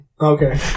Okay